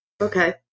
Okay